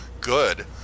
good